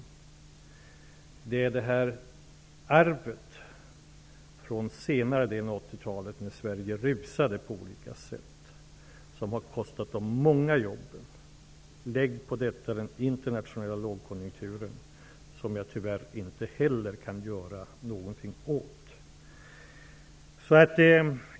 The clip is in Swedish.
Arvet från senare delen av 1980 talet när Sverige ''rusade'' på olika sätt har kostat många jobb. Ovanpå det måste man lägga den internationella lågkonjunkturen, som jag tyvärr inte heller kan göra något åt.